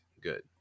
good